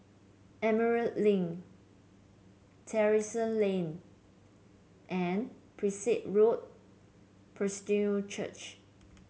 Emerald Link Terrasse Lane and Prinsep Road Presbyterian Church